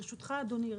ברשותך, אדוני.